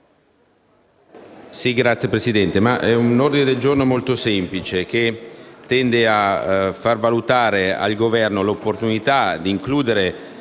Signora Presidente, il mio è un ordine del giorno molto semplice, che tende a far valutare al Governo l'opportunità di includere